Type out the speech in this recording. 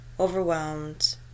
overwhelmed